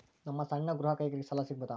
ನಮ್ಮ ಸಣ್ಣ ಗೃಹ ಕೈಗಾರಿಕೆಗೆ ಸಾಲ ಸಿಗಬಹುದಾ?